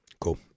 Cool